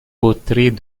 poteries